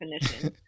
definition